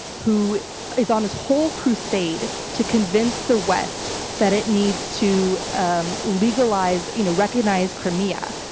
who is on this whole crusade to convince the west that it needs to um legalize, you know, recognize crimea.